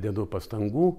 dedu pastangų